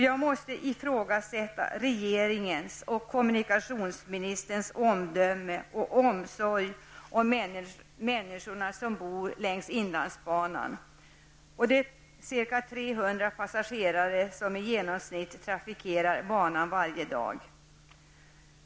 Jag måste ifrågasätta regeringens och kommunikationsministerns omdöme och omsorg om människorna som bor längs inlandsbanan, och om de i genomsnitt 300 passagerare som trafikerar banan varje dag.